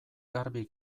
garbi